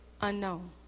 unknown